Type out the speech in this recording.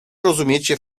rozumiecie